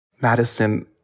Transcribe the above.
Madison